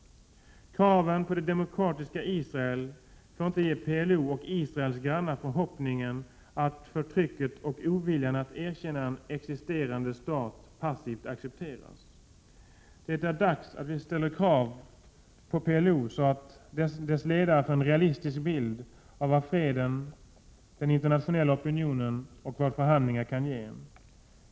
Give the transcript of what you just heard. Kraven på det demokratiska Israel får inte ge PLO och Israels grannar förhoppningen att förtrycket och oviljan att erkänna en existerande stat passivt accepteras. Det är dags att vi ställer krav på PLO, så att dess ledare får en realistisk bild av vad freden och den internationella opinionen kräver och av vad förhandlingar kan ge.